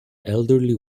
elderly